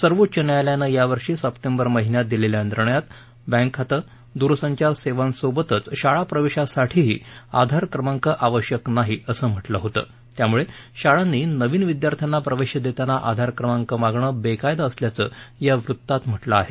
सर्वोच्च न्यायालयानं या वर्षी सप्टेंबर महिन्यात दिलेल्या निर्णयात बँक खाते दूरसंचार सेवांसोबतच शाळा प्रवेशासाठीही आधार क्रमांक आवश्यक नाही असं म्हटलं होतं त्यामुळे शाळांनी नवीन विद्यार्थ्यांना प्रवेश देताना आधार क्रमांक मागणं बेकायदा असल्याचं या वृत्तात म्हटलं आहे